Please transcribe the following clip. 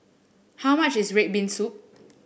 how much is red bean soup